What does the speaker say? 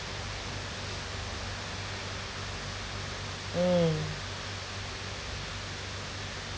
mm